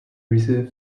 reserve